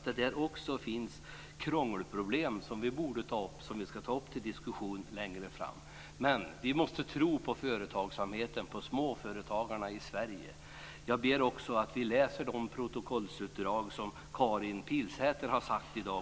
Även där finns det dock krångelproblem som vi borde och ska ta upp till diskussion längre fram. Men vi måste tro på företagsamheten, på småföretagarna i Sverige. Jag ber också att vi läser i protokollet vad Karin Pilsäter